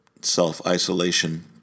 self-isolation